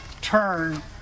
turn